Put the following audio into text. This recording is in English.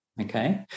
Okay